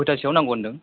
खयथासोयाव नांगौ होनदों